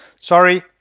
Sorry